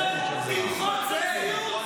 יש דברים שאי-אפשר לעבור עליהם בשתיקה.